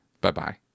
Bye-bye